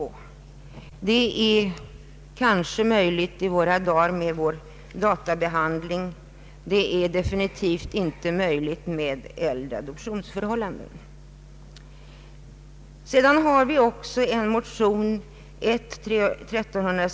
Ett sådant förfarande är kanske möjligt i våra dagar med datateknikens hjälp, men det är definitivt inte möjligt i fråga om äldre adoptionsförhållanden. Jag föreställer mig att utskottets talesman kommer att gå in på detta.